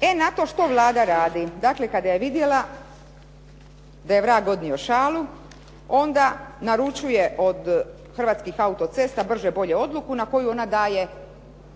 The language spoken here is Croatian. E na to što Vlada radi? Dakle, kada je vidjela da je vrag odnio šalu onda naručuje od Hrvatskih auto-cesta brže bolje odluku na koju ona daje